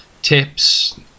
tips